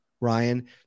Ryan